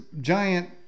giant